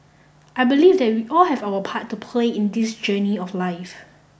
I believe that we all have our part to play in this journey of life